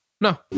No